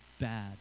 bad